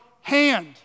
hand